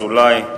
אזולאי,